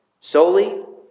solely